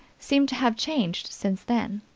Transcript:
seem to have changed since then.